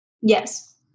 Yes